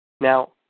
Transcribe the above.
Now